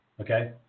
Okay